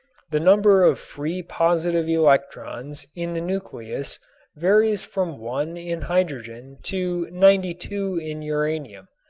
the number of free positive electrons in the nucleus varies from one in hydrogen to ninety two in uranium.